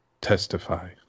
testify